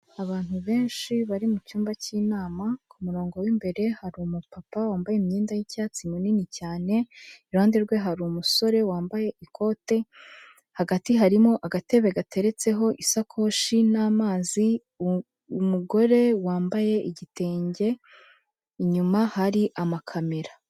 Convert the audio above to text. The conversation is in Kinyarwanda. Abantu benshi bari mu icyumba cy'inama k'umurongo wi'imbere hari umupapa wambaye imyenda y'icyatsi munini cyane, iruhande rwe hari umusore wambaye ikote, hagati harimo agatebe gateretseho isakoshi n'amazi, umugore wambaye igitenge inyuma hari amakamera.